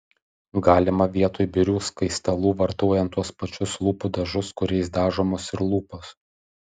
galima vietoj birių skaistalų vartojant tuos pačius lūpų dažus kuriais dažomos ir lūpos